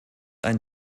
ein